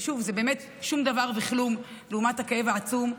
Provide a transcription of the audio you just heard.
שוב, זה באמת שום דבר וכלום לעומת הכאב העצום,